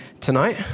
tonight